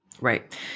Right